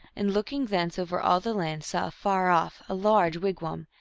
and look ing thence over all the land saw afar off a large wig wam,